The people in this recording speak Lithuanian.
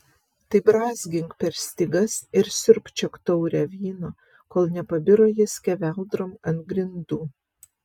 tai brązgink per stygas ir siurbčiok taurę vyno kol nepabiro ji skeveldrom ant grindų